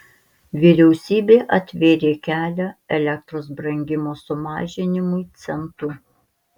vyriausybė atvėrė kelią elektros brangimo sumažinimui centu